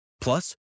Plus